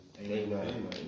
Amen